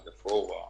"יפאורה",